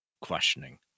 questioning